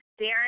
Darren